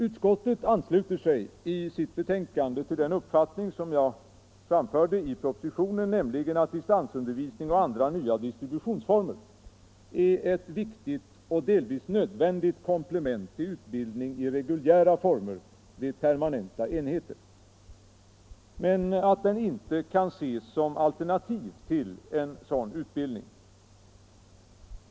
Utskottet ansluter sig i sitt betänkande till den uppfattning som jag framförde i propositionen, nämligen att distansundervisning och andra nya distributionsformer är ett viktigt och delvis nödvändigt komplement till utbildning i reguljära former vid permanenta enheter, men att den inte kan ses som alternativ till sådan utbildning.